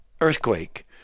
earthquake